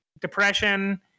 depression